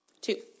Two